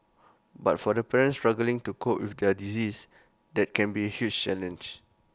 but for the parents struggling to cope with their disease that can be huge challenge